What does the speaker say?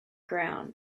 ground